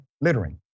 littering